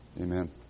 Amen